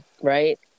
right